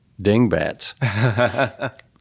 dingbats